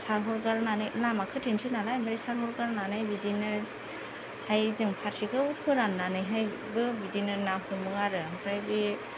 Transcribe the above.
सारहरगारनानै लामा खोथेनोसै नालाय सारहरगारनानै बिदिनोहाय जों फारसेखौ फोराननानै बिदिनो ना हमो आरो ओमफ्राय बे